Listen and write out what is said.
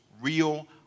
real